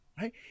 right